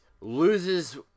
Loses